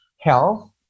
health